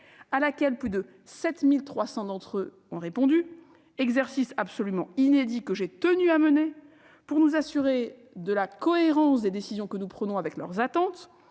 à laquelle plus de 7 300 d'entre eux ont répondu- exercice absolument sans précédent, que j'ai tenu à mener, visant à nous assurer de la cohérence des décisions que nous prenions avec leurs attentes.